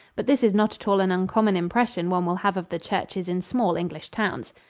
but this is not at all an uncommon impression one will have of the churches in small english towns.